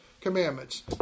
commandments